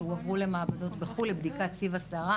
שנשלחו למעבדות לחו"ל לבדיקת סיב השיערה,